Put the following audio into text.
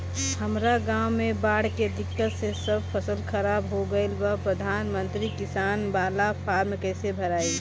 हमरा गांव मे बॉढ़ के दिक्कत से सब फसल खराब हो गईल प्रधानमंत्री किसान बाला फर्म कैसे भड़ाई?